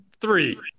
three